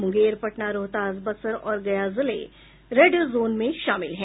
मुंगेर पटना रोहतास बक्सर और गया जिले red zone में शामिल हैं